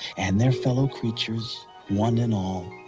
and their fellow creatures one and all